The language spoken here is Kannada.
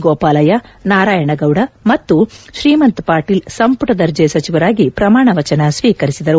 ಗೋಪಾಲಯ್ಯ ನಾರಾಯಣಗೌದ ಮತ್ತು ಶ್ರೀಮಂತ್ ಪಾಟೀಲ್ ಸಂಪುಟ ದರ್ಜೆ ಸಚಿವರಾಗಿ ಪ್ರಮಾಣವಚನ ಸ್ನೀಕರಿಸಿದರು